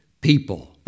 people